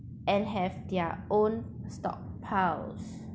and have their own stockpile